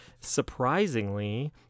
surprisingly